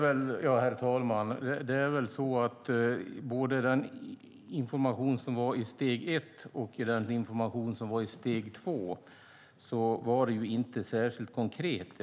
Herr talman! Vare sig informationen i första steget eller informationen i andra steget var väl särskilt konkret.